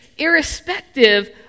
irrespective